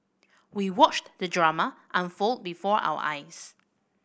we watched the drama unfold before our eyes